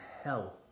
hell